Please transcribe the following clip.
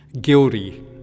Guilty